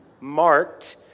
marked